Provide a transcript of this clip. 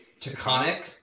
taconic